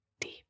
Deep